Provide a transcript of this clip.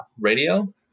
radio